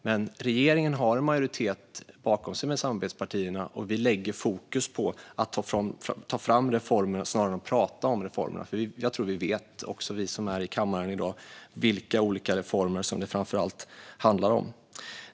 Men regeringen har en majoritet bakom sig med samarbetspartierna, och vi lägger fokus på att ta fram reformer snarare än att prata om reformer. Jag tror också att vi som är här i kammaren i dag vet vilka olika reformer det framför allt handlar om.